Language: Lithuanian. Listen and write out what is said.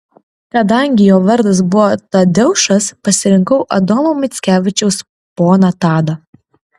kadangi jo vardas buvo tadeušas pasirinkau adomo mickevičiaus poną tadą